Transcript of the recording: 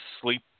sleep